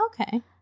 Okay